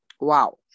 wow